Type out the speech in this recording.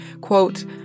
quote